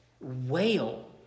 wail